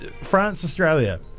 France-Australia